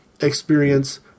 experience